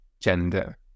gender